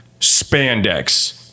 spandex